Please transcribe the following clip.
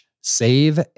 save